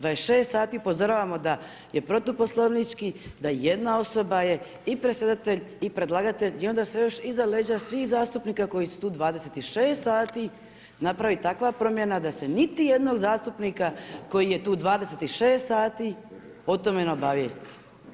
26 sati upozoravamo da je protu poslovnički, da jedna osoba je i predsjedatelj i predlagatelj i onda se još iza leđa svih zastupnika koji su tu 26 sati napravi takva promjena da se niti jednog zastupnika koji je tu 26 sati o tome ne obavijesti.